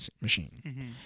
machine